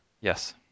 Yes